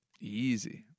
Easy